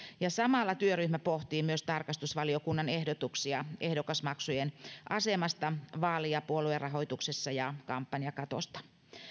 samalla työryhmä pohtii myös tarkastusvaliokunnan ehdotuksia ehdokasmaksujen asemasta vaali ja puoluerahoituksessa ja kampanjakatosta